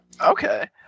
Okay